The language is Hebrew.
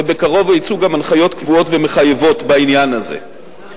ובקרוב יצאו גם הנחיות קבועות ומחייבות בעניין הזה.